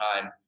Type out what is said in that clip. time